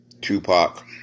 Tupac